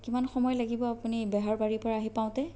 কিমান সময় লাগিব আপুনি বেহাৰবাৰীৰ পৰা আহি পাওঁতে